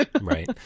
Right